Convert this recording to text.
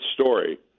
story